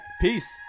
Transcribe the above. peace